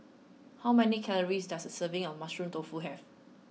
how many calories does a serving of Mushroom Tofu have